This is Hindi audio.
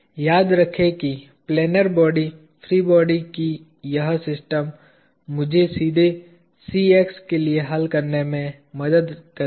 याद रखें कि प्लेनर बॉडी फ्री बॉडी की यह सिस्टम मुझे सीधे Cx के लिए हल करने में मदद करेगी